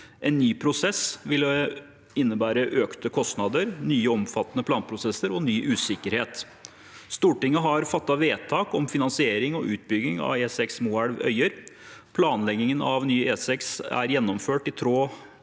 En ny prosess ville innebære økte kostnader, nye og omfattende planprosesser og ny usikkerhet. Stortinget har fattet vedtak om finansiering og utbygging av E6 Moelv–Øyer. Planleggingen av ny E6 er gjennomført i tråd